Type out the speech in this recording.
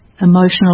emotional